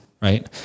right